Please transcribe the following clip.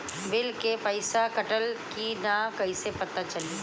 Bill के पइसा कटल कि न कइसे पता चलि?